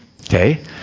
Okay